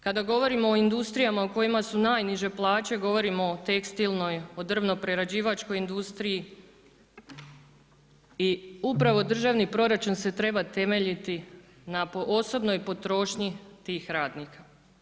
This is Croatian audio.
Kada govorimo o industrijama u kojima su najniže plaće, govorimo o tekstilnoj, o drvno-prerađivačkoj industriji i upravo državni proračun se treba temeljiti na osobnoj potrošnji tih radnika.